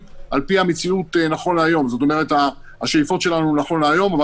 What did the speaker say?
על פי המציאות והשאיפות שלנו נכון להיום.